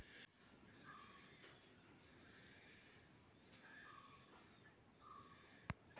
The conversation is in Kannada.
ಬೆಳೆ ಸಾಲ ಪಡೆಯಲು ಏನೆಲ್ಲಾ ದಾಖಲೆಗಳು ಬೇಕು?